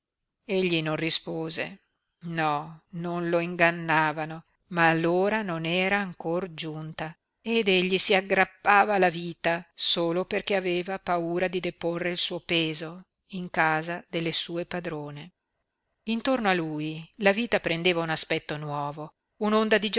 egli non rispose no non lo ingannavano ma l'ora non era ancor giunta ed egli si aggrappava alla vita solo perché aveva paura di deporre il suo peso in casa delle sue padrone intorno a lui la vita prendeva un aspetto nuovo un'onda di